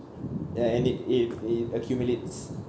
ya and it it it accumulates